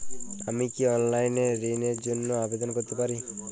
আমি কি অনলাইন এ ঋণ র জন্য আবেদন করতে পারি?